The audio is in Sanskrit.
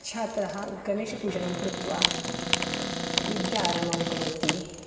छात्रः गणेशपूजनं कृत्वा विद्यारम्भं करोति